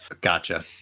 Gotcha